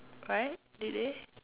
right did they